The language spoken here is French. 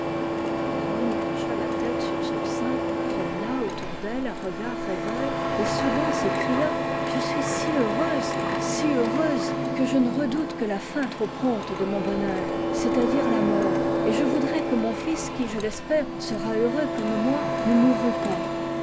la baronne pencha la tête sur son sein promena autour d'elle un regard rêveur et soudain s'écria je suis si heuroiise si heureuse que je ne ra doute que la fin trop prompte de mon bonheur c'est-à-dire la mort et je voudrais que mon fils qui je l'espère sera heureux comme moi ne mourût pas